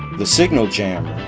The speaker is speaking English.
the signal jammers.